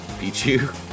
Pichu